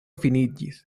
finiĝis